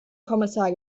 kommissar